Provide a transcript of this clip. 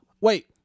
Wait